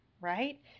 Right